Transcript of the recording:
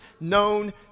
known